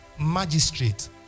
magistrate